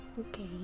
Okay